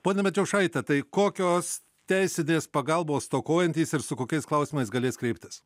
pone medžiaušaite tai kokios teisinės pagalbos stokojantys ir su kokiais klausimais galės kreiptis